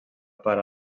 part